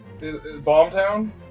Bombtown